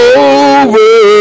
over